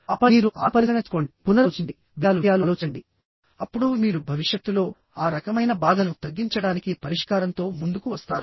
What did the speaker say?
ఆపై మీరు ఆత్మపరిశీలన చేసుకోండి పునరాలోచించండి విషయాలు విషయాలు ఆలోచించండిఅప్పుడు మీరు భవిష్యత్తులో ఆ రకమైన బాధను తగ్గించడానికి పరిష్కారంతో ముందుకు వస్తారు